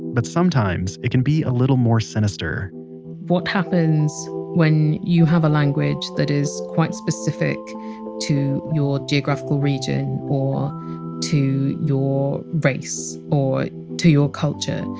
but sometimes it can be a little more sinister what happens when you have a language that is quite specific to your geographical region, or to your race, or to your culture,